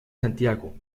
santiago